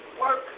work